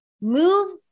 move